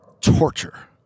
torture